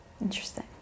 Interesting